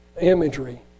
imagery